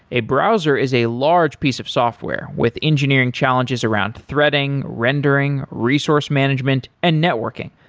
a browser is a large piece of software with engineering challenges around threading, rendering, resource management and networking.